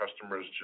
customers